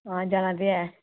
हां जाना ते ऐ